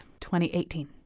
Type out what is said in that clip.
2018